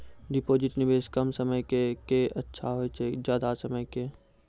Deposit निवेश कम समय के के अच्छा होय छै ज्यादा समय के?